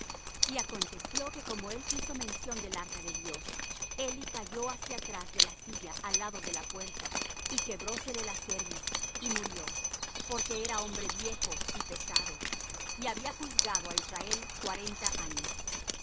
y aconteció que como él hizo mención del arca de dios eli cayó hacia atrás de la silla al lado de la puerta y quebrósele la cerviz y murió porque era hombre viejo y pesado y había juzgado á israel cuarenta años